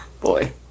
Boy